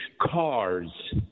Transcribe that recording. cars